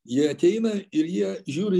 jie ateina ir jie žiūri